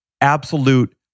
absolute